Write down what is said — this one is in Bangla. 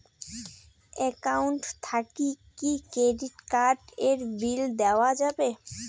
একাউন্ট থাকি কি ক্রেডিট কার্ড এর বিল দেওয়া যাবে?